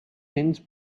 since